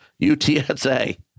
UTSA